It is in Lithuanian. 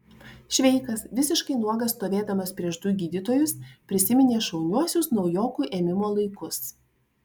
šveikas visiškai nuogas stovėdamas prieš du gydytojus prisiminė šauniuosius naujokų ėmimo laikus